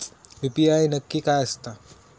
UPI नक्की काय आसता?